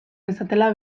dezatela